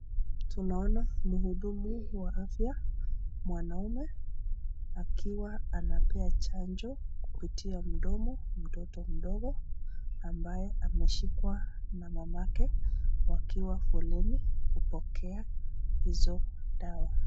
Tunaona muhudumu wa afya mwanaume akiwa anapea chanjo kupitia mdomo mtoto mdogo ambaye ameshikwa na mamake wakiwa foleni kupokea hizo dawa.